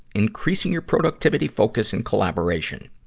increasing your productivity, focus, and collaboration.